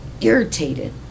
irritated